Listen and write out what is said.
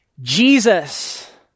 Jesus